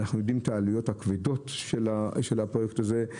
אנחנו יודעים את העלויות הכבדות של הפרויקט הזה.